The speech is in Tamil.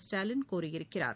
ஸ்டாலின் கூறியிருக்கிறார்